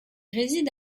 réside